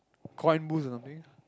coin boost or something